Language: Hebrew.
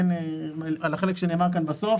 על החלק שנאמר כאן בסוף,